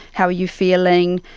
how are you feeling',